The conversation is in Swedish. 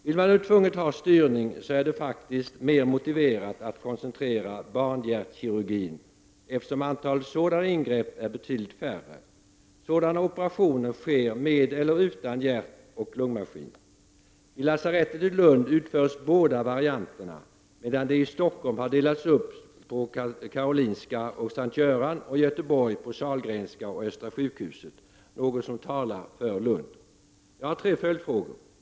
Vill man nu tvunget ha styrning så är det faktiskt mera motiverat att koncentrera barnhjärtkirurgin, eftersom antalet sådana ingrepp är betydligt färre. Sådana operationer sker både med och utan hjärtoch lungmaskin. Vid lasarettet i Lund utförs båda varianterna, medan de i Stockholm har delats upp på Karolinska och S:t Göran och i Göteborg på Sahlgrenska och Östra sjukhuset — något som talar för Lund. Jag har tre följfrågor.